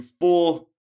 four